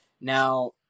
now